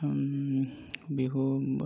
Bihu